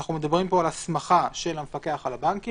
אנחנו מדברים פה על הסמכה של המפקח על הבנקים.